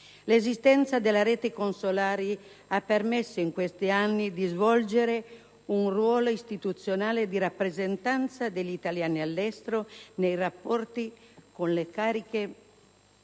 L'esistenza della rete consolare ha permesso in questi anni di svolgere un ruolo istituzionale di rappresentanza degli italiani all'estero nei rapporti con le cariche